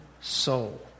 soul